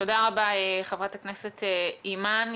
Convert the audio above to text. תודה רבה, חברת הכנסת אימאן.